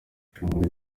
irushanwa